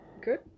good